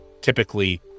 typically